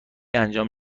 انجام